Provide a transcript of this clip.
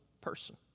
person